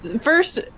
First